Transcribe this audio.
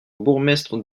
bourgmestre